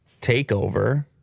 takeover